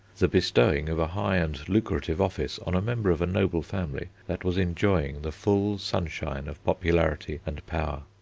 the bestowing of a high and lucrative office on a member of a noble family that was enjoying the full sunshine of popularity and power.